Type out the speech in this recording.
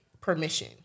permission